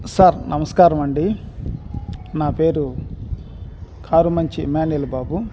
sir నమస్కారం అండి నా పేరు కారుమంచి ఇమ్మానుయల్ బాబు